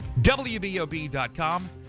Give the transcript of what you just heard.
WBOB.com